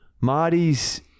Marty's